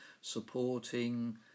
supporting